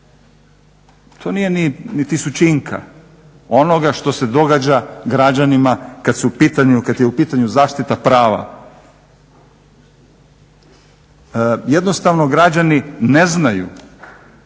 to nije ni tisućinka onoga što se događa građanima kad je u pitanju zaštita prava. jednostavno građani ne znaju